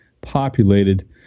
populated